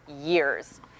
years